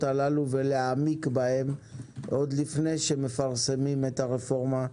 האלה ולהעמיק בהן עוד לפני שמפרסמים את הרפורמה.